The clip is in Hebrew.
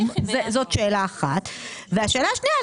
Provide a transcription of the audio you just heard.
והשאלה השנייה,